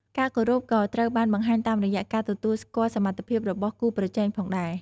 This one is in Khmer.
ការគោរពក៏ត្រូវបានបង្ហាញតាមរយៈ ការទទួលស្គាល់សមត្ថភាពរបស់គូប្រជែងផងដែរ។